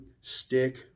stick